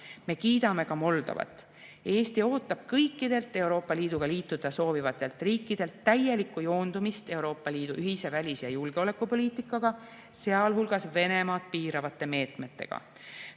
Me kiidame ka Moldovat. Eesti ootab kõikidelt Euroopa Liiduga liituda soovivatelt riikidelt täielikku joondumist Euroopa Liidu ühise välis- ja julgeolekupoliitikaga, sealhulgas Venemaad piiravate meetmetega.